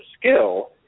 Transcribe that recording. skill